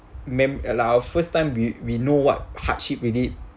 mem uh like our our first time we we know what hardship we did